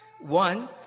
One